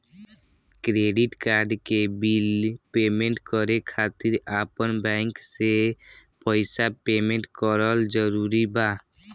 Credit card के bill payment करे खातिर आपन बैंक से पईसा पेमेंट करल जरूरी बा?